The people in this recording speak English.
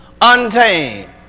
untamed